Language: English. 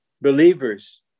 Believers